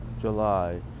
July